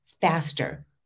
faster